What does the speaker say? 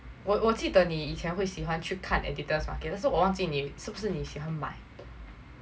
我我记得你以前会喜欢去看 editor's market 但是我忘记你是不是你喜欢买